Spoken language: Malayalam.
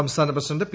സംസ്ഥാന പ്രസിഡന്റ് പി